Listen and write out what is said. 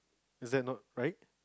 is that not right